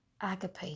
agape